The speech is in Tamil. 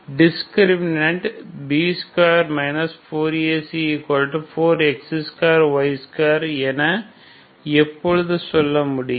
டிஸ்கிரிமினன் B2 4AC4x2y2 என எப்பொழுது சொல்ல முடியும்